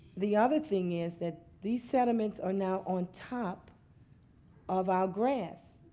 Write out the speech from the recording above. the other thing is that these sediments are now on top of our grass,